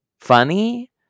funny